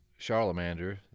Charlemander